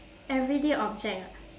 everyday object ah